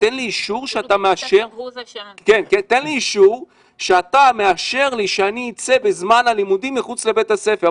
תן לי אישור שאתה מאשר לי שאני אצא בזמן הלימודים מחוץ לבית הספר,